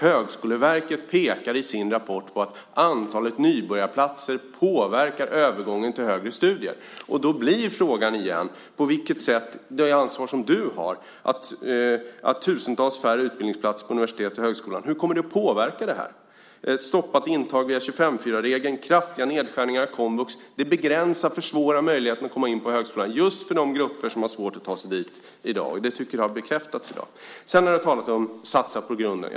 Högskoleverket pekar i sin rapport på att antalet nybörjarplatser påverkar övergången till högre studier, och då blir ju frågan igen: Hur kommer tusentals färre utbildningsplatser på universitet och högskolan att påverka det här? Stoppat intag enligt 25:4-regeln och kraftiga nedskärningar i komvux begränsar och försvårar möjligheterna att komma in på högskolan just för de grupper som har svårt att ta sig dit i dag, och det tycker jag har bekräftats i dag. Sedan har du talat om att satsa på grunden.